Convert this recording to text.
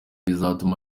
bizatuma